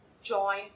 join